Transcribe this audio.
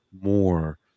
more